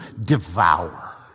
devour